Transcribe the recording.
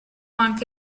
anche